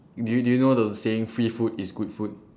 do you do you know the saying free food is good food